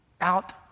out